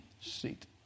seat